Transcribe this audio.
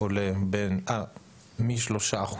עולה מ-3%,